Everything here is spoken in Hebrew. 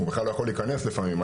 הוא בכלל לא יכול להיכנס לפעמים.